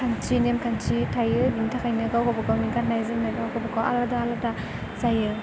खान्थि नेम खान्थि थायो बिनि थाखायनो गाव गावबा गावनि गाननाय जोमनाय गाव गावबा गाव आलादा आलादा जायो